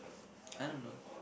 I don't know